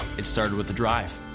it started with a drive.